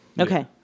Okay